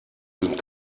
sind